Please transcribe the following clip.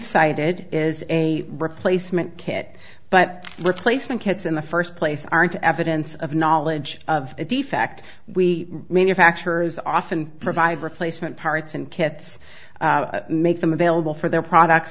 cited is a replacement kit but replacement kits in the first place aren't evidence of knowledge of a defect we manufacture is often provided replacement parts and kits make them available for their products